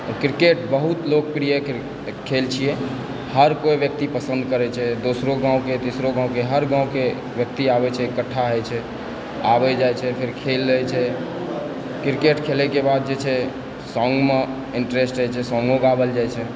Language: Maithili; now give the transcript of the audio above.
क्रिकेट बहुत लोकप्रिय खेल छियै हर कोई व्यक्ति पसन्द करै छै दोसरो गाँवके तेसरो गाँवके हर गाँवके व्यक्ति आबै छै इकठ्ठा होइ छै आबै जाइ छै फेर खेल होइ छै क्रिकेट खेलैके बाद जे छै सङ्गमे इन्ट्रेस्ट होइ छै तऽ सॉन्गो गावल जाइ छै